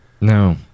No